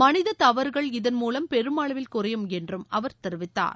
மனித தவறுகள் இதள் மூலம் பெருமளவில் குறையும் என்றும் அவர் தெரிவித்தார்